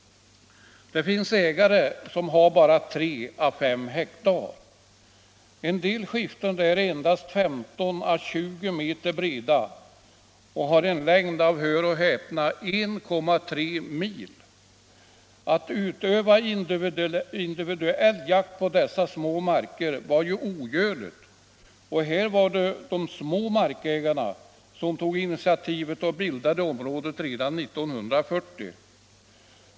Det finns ägare med bara 3 å 5 hektar. En del skiften är endast 15 å 20 meter breda och har en längd av — hör och häpna! 1,3 mil. Att utöva individuell jakt på dessa små marker var ju ogörligt, och här var det de små markägarna som tog initiativet och bildade jaktvårdsområdet redan 1940.